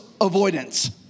avoidance